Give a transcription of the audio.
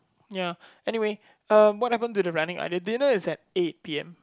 ya anyway um what happened to the running idea did you know it's at eight P_M